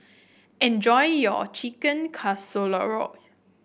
enjoy your Chicken Casserole